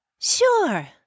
Sure